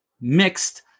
mixed